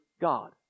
God